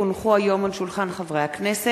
כי הונחו היום על שולחן הכנסת,